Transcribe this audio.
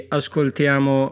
ascoltiamo